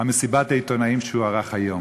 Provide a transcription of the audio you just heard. מסיבת העיתונאים שהוא ערך היום.